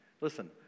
Listen